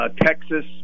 Texas